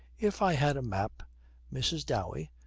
if i had a map mrs. dowey,